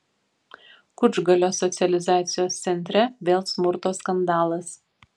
kučgalio socializacijos centre vėl smurto skandalas